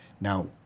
Now